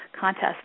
contest